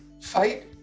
fight